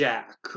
Jack